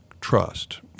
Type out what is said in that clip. trust